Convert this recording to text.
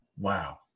wow